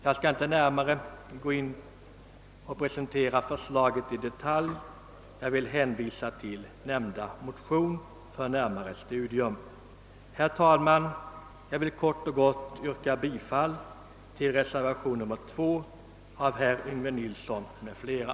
Jag skall inte presentera förslaget i detalj. Jag vill hänvisa till nämnda motion för närmare studium. - Herr talman! Jag vill kort och gott yrka bifall till reservationen II av herr Yngve: Nilsson m.fl.